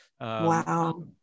Wow